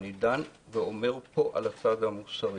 אני דן ואומר פה על הצד המוסרי